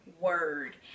Word